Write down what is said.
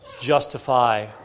justify